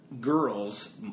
girl's